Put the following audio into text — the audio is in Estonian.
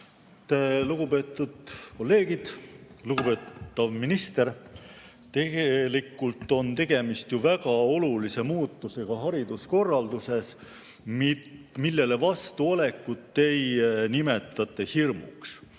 Lugupeetud kolleegid! Lugupeetav minister! Tegemist on ju väga olulise muudatusega hariduskorralduses, millele vastuolekut teie nimetate hirmuks.